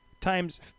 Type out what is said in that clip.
times